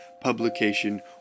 publication